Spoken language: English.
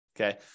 okay